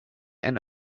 and